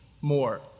more